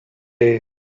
day